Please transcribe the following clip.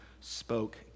spoke